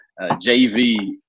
JV